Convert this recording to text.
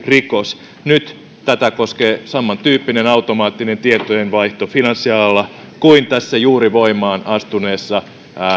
rikos nyt tätä koskee samantyyppinen automaattinen tietojenvaihto finanssialalla kuin tässä juuri voimaan astuneessa